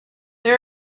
they